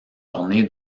ornée